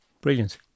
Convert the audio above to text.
Brilliant